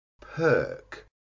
perk